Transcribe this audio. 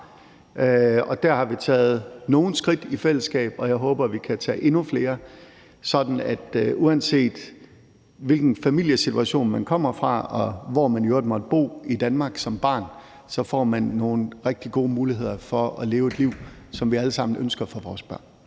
Der har vi taget nogle skridt i fællesskab, og jeg håber, at vi kan tage endnu flere, sådan at uanset hvilken familiesituation man kommer fra og hvor man i øvrigt måtte bo i Danmark som barn, får man nogle rigtig gode muligheder for at leve et liv, som vi alle sammen ønsker for vores børn.